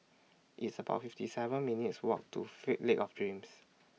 It's about fifty seven minutes' Walk to fake Lake of Dreams